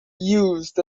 used